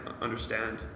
understand